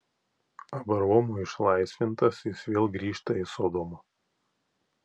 abraomo išlaisvintas jis vėl grįžta į sodomą